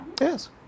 Yes